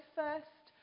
first